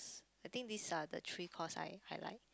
I think these are the three course I I like